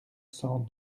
cent